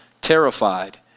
terrified